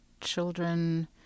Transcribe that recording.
Children